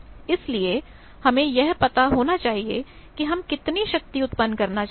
इसलिए हमें यह पता होना चाहिए कि हम कितनी शक्ति उत्पन्न करना चाहते हैं